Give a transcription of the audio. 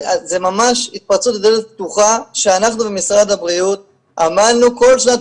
זו ממש התפרצות לדלת פתוחה שאנחנו ומשרד הבריאות עמלנו כל שנת